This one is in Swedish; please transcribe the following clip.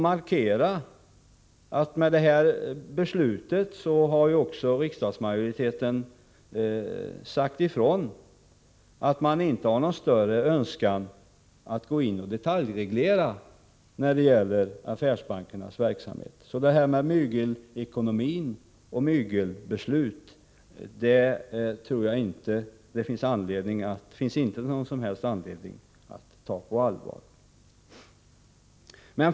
Med detta beslut har riksdagsmajoriteten sagt ifrån att den inte har någon större önskan att gå in och detaljreglera affärsbankernas verksamhet. Det finns därför ingen som helst anledning att ta talet om mygelekonomi och mygelbeslut på allvar.